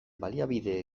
baliabide